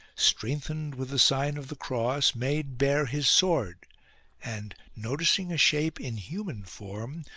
strengthened with the sign of the cross, made bare his sword and, noticing a shape in human form,